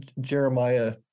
Jeremiah